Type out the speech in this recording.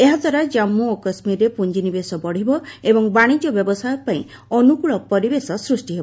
ଏହାଦ୍ୱାରା ଜାଳ୍ପୁ ଓ କାଶ୍ମୀରରେ ପୁଞ୍ଜିନିବେଶ ବଢ଼ିବ ଏବଂ ବାଣିଜ୍ୟ ବ୍ୟବସାୟ ପାଇଁ ଅନୁକୂଳ ପରିବେଶ ସୃଷ୍ଟି ହେବ